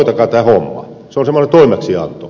se on semmoinen toimeksianto